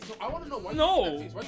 no